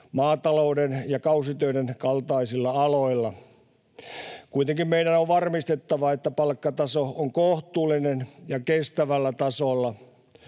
maatalouden ja kausitöiden kaltaisilla aloilla. Kuitenkin meidän on varmistettava, että palkkataso on kohtuullinen ja kestävällä tasolla.